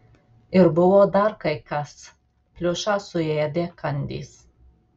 ir buvo dar kai kas pliušą suėdė kandys